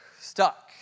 stuck